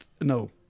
no